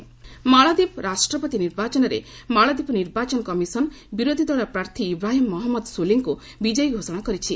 ମାଳଦ୍ୱୀପ ଇଲେକ୍ସନ୍ ମାଳଦ୍ୱୀପ ରାଷ୍ଟ୍ରପତି ନିର୍ବାଚନରେ ମାଳଦ୍ୱୀପ ନିର୍ବାଚନ କମିଶନ ବିରୋଧ୍ ଦଳ ପ୍ରାର୍ଥୀ ଇବ୍ରାହିମ୍ ମହମ୍ମଦ ସୋଲିଙ୍କୁ ବିଜୟୀ ଗୋଷଣା କରିଛି